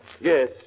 Yes